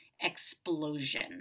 explosion